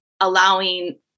allowing